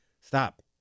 stop